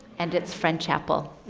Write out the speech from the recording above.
and it's french apple.